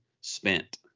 spent